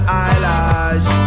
eyelash